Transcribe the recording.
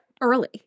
early